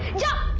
don't